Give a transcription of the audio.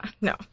no